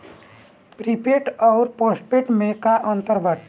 Prepaid अउर postpaid में का अंतर बाटे?